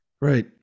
Right